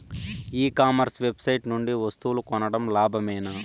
ఈ commerce website నుండి వస్తువులు కొనడం లాభమేనా?